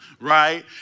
right